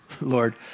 Lord